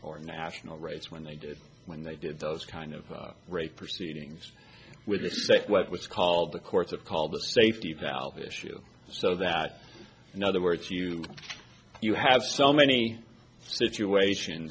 or national rates when they did when they did those kind of rate proceedings with the sec what was called the course of called the safety valve issue so that in other words you you have so many situations